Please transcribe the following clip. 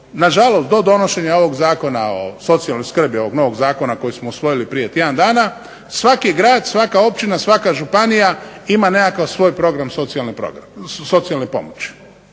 na žalost do donošenja ovog Zakona o socijalnoj skrbi, ovog novog zakona koji smo usvojili prije tjedan dana svaki grad, svaka općina, svaka županija ima nekakav svoj program socijalne pomoći